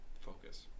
focus